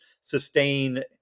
sustain